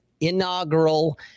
inaugural